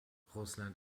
russland